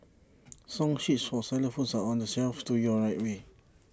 song sheets for xylophones are on the shelf to your right way